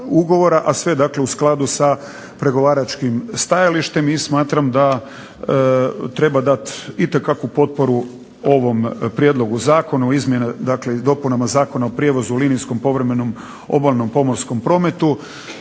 dakle u skladu sa pregovaračkim stajalištem. I smatram da treba dat itekakvu potporu ovom prijedlogu zakona u izmjenama, dakle i dopunama Zakona o prijevozu u linijskom i povremenom obalnom pomorskom prometu